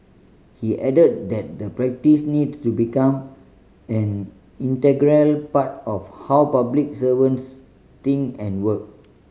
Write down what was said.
he added that the practice needs to become an integral part of how public servants think and work